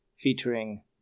featuring